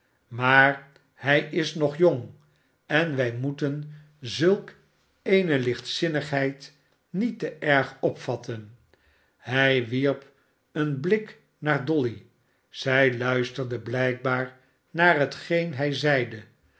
maar hij is nog jong en wij moeten zulk eene lichtzinnigheid niet te erg opvatten hij wierp een blik naar dolly zij luisterde blijkbaar naar hetgeen hij zeide